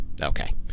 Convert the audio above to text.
okay